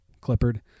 Clippard